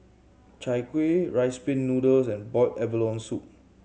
Chai Kueh Rice Pin Noodles and boiled abalone soup